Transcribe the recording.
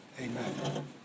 Amen